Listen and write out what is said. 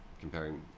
comparing